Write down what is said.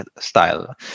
style